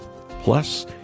Plus